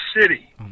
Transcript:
City